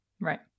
Right